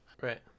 Right